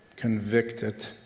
convicted